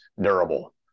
durable